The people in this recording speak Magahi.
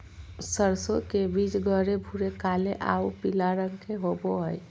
सरसों के बीज गहरे भूरे काले आऊ पीला रंग के होबो हइ